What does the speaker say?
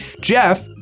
Jeff